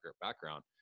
background